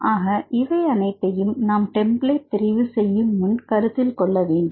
ஆக இவை அனைத்தையும் நாம் டெம்ப்ளேட்டை தெரிவு செய்யும் முன் கருத்தில் கொள்ள வேண்டும்